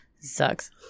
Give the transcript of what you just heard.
Sucks